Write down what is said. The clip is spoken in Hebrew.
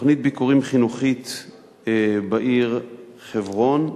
תוכנית ביקורים חינוכית בעיר חברון.